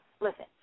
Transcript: Listen